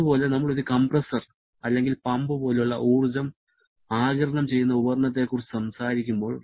അതുപോലെ നമ്മൾ ഒരു കംപ്രസ്സർ അല്ലെങ്കിൽ പമ്പ് പോലുള്ള ഊർജ്ജം ആഗിരണം ചെയ്യുന്ന ഉപകരണത്തെക്കുറിച്ച് സംസാരിക്കുമ്പോൾ